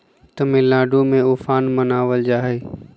तमिलनाडु में उफान मनावल जाहई